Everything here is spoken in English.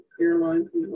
airlines